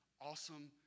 awesome